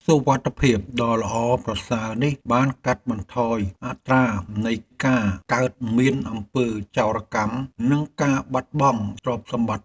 សុវត្ថិភាពដ៏ល្អប្រសើរនេះបានកាត់បន្ថយអត្រានៃការកើតមានអំពើចោរកម្មនិងការបាត់បង់ទ្រព្យសម្បត្តិ។